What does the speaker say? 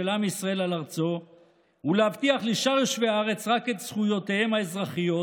של עם ישראל על ארצו ולהבטיח לשאר יושבי הארץ רק את זכויותיהם האזרחיות,